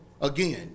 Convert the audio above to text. again